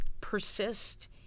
persist